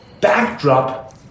backdrop